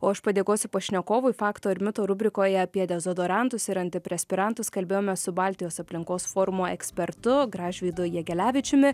o aš padėkosiu pašnekovui fakto ir mito rubrikoje apie dezodorantus ir antiprespirantus kalbėjome su baltijos aplinkos forumo ekspertu gražvydu jegelevičiumi